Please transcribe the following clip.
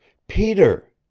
peter!